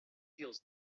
feels